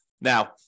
Now